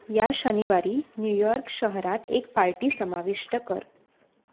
या शनिवारी न्यूयॉर्क शहरात एक पार्टी समाविष्ट कर